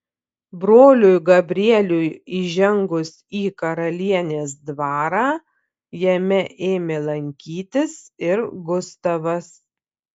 broliui gabrieliui įžengus į karalienės dvarą jame ėmė lankytis ir gustavas